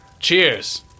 Cheers